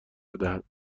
بدهد